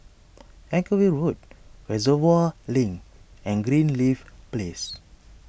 Anchorvale Road Reservoir Link and Greenleaf Place